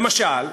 למשל,